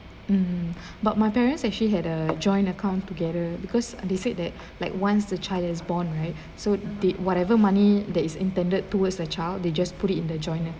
mm but my parents actually had a joint account together because they said that like once a child is born right so did whatever money that is intended towards a child they just put it in the joint